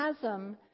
chasm